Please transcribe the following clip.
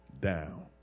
down